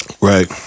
Right